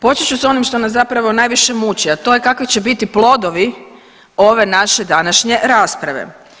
Počet ću sa onim što nas zapravo najviše muči, a to je kakvi će biti plodovi ove naše današnje rasprave.